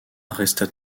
resta